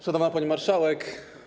Szanowna Pani Marszałek!